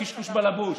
קשקוש בלבוש.